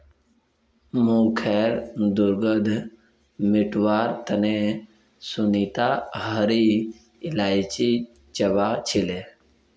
मुँहखैर दुर्गंध मिटवार तने सुनीता हरी इलायची चबा छीले